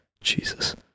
jesus